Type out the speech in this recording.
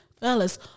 Fellas